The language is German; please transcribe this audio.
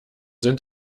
sind